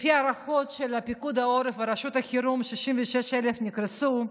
לפי הערכות של פיקוד העורף ורשות החירום 66,000 יקרסו,